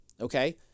okay